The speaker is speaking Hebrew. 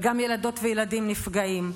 וגם ילדות וילדים נפגעים,